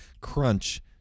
crunch